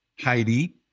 Heidi